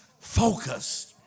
focused